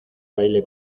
baile